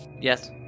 Yes